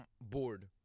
bored